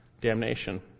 damnation